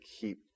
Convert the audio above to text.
keep